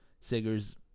Siggers